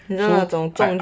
很想那种中